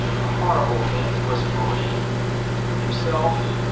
a horrible event. he was a marine himself,